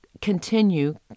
continue